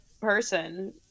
person